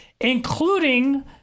including